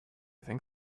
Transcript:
think